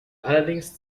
allerdings